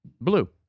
blue